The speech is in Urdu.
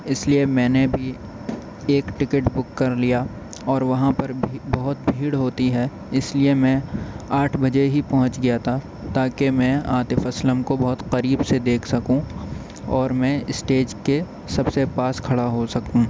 اس لیے میں نے بھی ایک ٹکٹ بک کر لیا اور وہاں پر بھی بہت بھیڑ ہوتی ہے اس لیے میں آٹھ بجے ہی پہنچ گیا تھا تاکہ میں عاطف اسلم کو بہت قریب سے دیکھ سکوں اور میں اسٹیج کے سب سے پاس کھڑا ہو سکوں